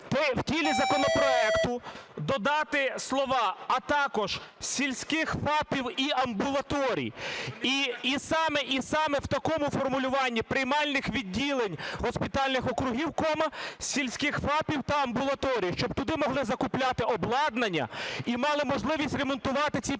в тіло законопроекту додати слова: "а також сільських ФАПів і амбулаторій". І саме в такому формулюванні: "приймальних відділень госпітальних округів, (кома) сільських ФАПів та амбулаторій". Щоб туди могли закупляти обладнання і мали можливість ремонтувати ці приміщення.